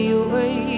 away